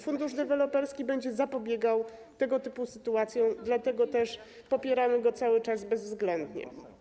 Fundusz deweloperski będzie zapobiegał tego typu sytuacjom, dlatego też popieramy go cały czas bezwzględnie.